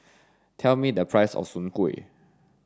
tell me the price of soon kuih